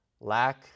Lack